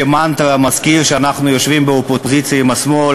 כמנטרה, מזכיר שאנחנו יושבים באופוזיציה עם השמאל.